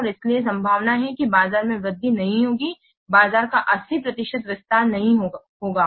और इसलिए संभावना है कि बाजार में वृद्धि नहीं होगी बाजार का 80 प्रतिशत विस्तार नहीं होगा है